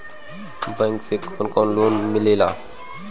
Bank से कौन कौन लोन मिलेला?